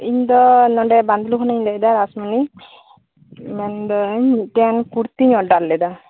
ᱤᱧ ᱫᱚ ᱱᱚᱰᱮ ᱵᱟᱸᱫᱽᱞᱩ ᱠᱷᱚᱱᱤᱧ ᱞᱟᱹᱭ ᱮᱫᱟ ᱨᱟᱥᱢᱩᱱᱤ ᱢᱮᱱ ᱫᱟᱹᱧ ᱢᱤᱫᱴᱮᱱ ᱠᱩᱨᱛᱤᱧ ᱚᱰᱟᱨ ᱞᱮᱫᱟ